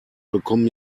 bekommen